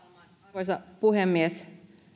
arvoisa puhemies